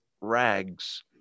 rags